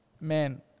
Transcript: man